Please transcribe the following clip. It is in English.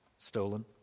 Stolen